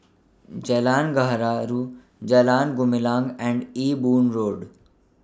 Jalan Gaharu Jalan Gumilang and Ewe Boon Road